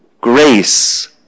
Grace